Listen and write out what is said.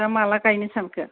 दा माला गायनो सानखो